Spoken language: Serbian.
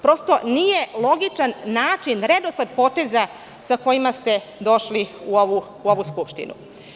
Prosto, nije logičan redosled poteza sa kojima ste došli u ovu Skupštinu.